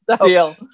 Deal